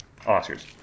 Oscars